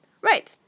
right